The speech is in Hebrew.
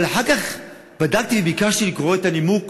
אבל אחר כך בדקתי, וביקשתי לקרוא את הנימוק